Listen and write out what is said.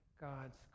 God's